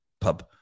Pub